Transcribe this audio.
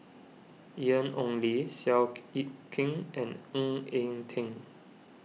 Ian Ong Li Seow Yit Kin and Ng Eng Teng